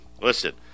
Listen